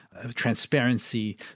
transparency